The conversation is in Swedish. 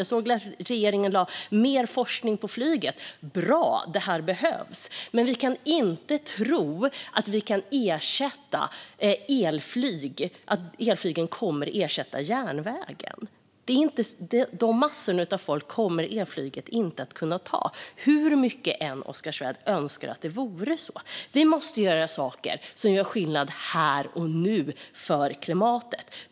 Jag såg att regeringen vill ha mer forskning om flyget. Det är bra. Det behövs. Men vi kan inte tro att det går att ersätta järnväg med elflyg. Sådana massor av folk kommer elflyget inte att kunna ta, hur mycket Oskar Svärd än önskar att det vore så. Vi måste göra saker som gör skillnad här och nu för klimatet.